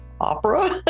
opera